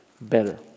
better